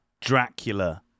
Dracula